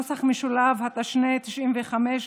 התשנ"ה 1995,